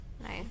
Nice